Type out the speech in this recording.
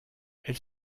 elle